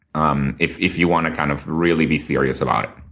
um if if you want to kind of really be serious about